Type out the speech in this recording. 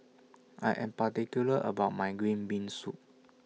I Am particular about My Green Bean Soup